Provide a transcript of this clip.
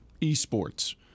esports